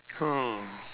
hmm